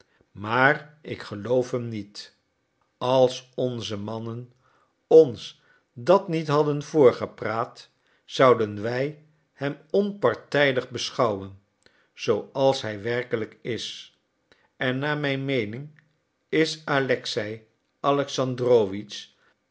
maar ik geloof hem niet als onze mannen ons dat niet hadden voorgepraat zouden wij hem onpartijdig beschouwen zooals hij werkelijk is en naar mijn meening is alexei